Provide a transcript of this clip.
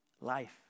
life